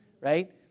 right